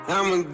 I'ma